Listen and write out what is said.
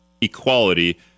equality